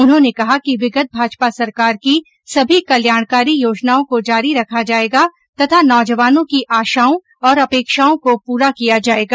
उन्होंने कहा कि विगत भाजपा सरकार की सभी कल्याणकारी योजनाओं को जारी रखा जाएगा तथा नौजवानों की आशाओं और अपेक्षाओं को पुरा किया जाएगा